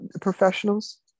professionals